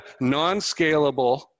non-scalable